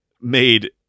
made